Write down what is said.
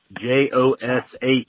J-O-S-H